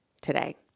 today